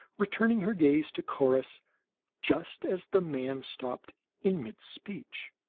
returning her gaze to corrus just as the man stopped in mid-speech.